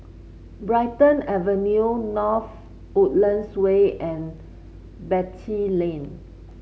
Brighton Avenue North Woodlands Way and Beatty Lane